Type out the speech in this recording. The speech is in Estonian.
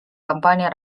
kampaania